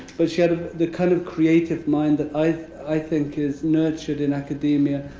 but she had the kind of creative mind that i think is nurtured in academia,